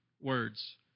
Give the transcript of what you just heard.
words